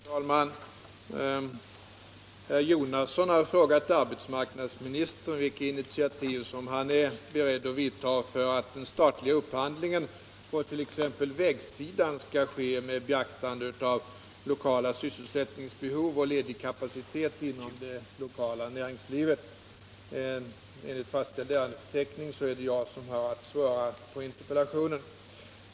Herr talman! Herr Jonasson har frågat arbetsmarknadsministern vilka initiativ han är beredd att vidta för att den statliga upphandlingen på t.ex. vägsidan skall ske med beaktande av lokala sysselsättningsbehov och ledig kapacitet inom det lokala näringslivet. Enligt fastställd ärendefördelning är det jag som har att besvara interpellationen.